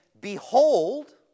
...behold